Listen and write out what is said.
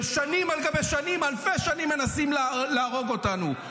ושנים על גבי שנים, אלפי שנים, מנסים להרוג אותנו.